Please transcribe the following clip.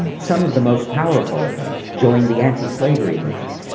some of the most powerful of them joined the antislavery movement.